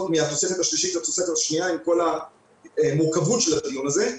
מהתוספת השלישית לתוספת השניה עם כל המורכבות של הדיון הזה,